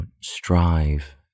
strive